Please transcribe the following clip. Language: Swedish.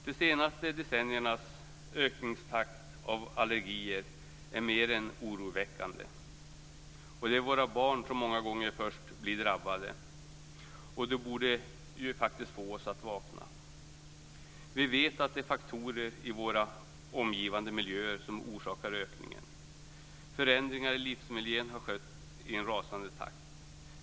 De senaste decenniernas ökningstakt för allergier är mer än oroväckande. Att det är våra barn som många gånger först blir drabbade borde faktiskt få oss att vakna. Vi vet att det är faktorer i vår omgivande miljö som orsakar ökningen. Förändringar i livsmiljön har skett i en rasande takt.